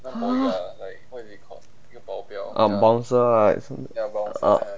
ah bouncer right ah